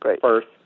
First